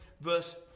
verse